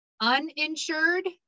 Uninsured